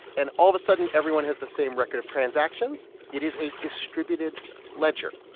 and all of a sudden, everyone has the same record of transactions. it is a distributed ledger,